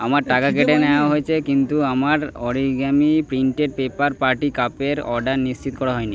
আমার টাকা কেটে নেওয়া হয়েছে কিন্তু আমার অরিগ্যামি প্রিন্টেড পেপার পার্টি কাপের অর্ডার নিশ্চিত করা হয়নি